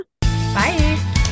Bye